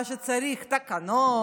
מה שצריך: תקנות,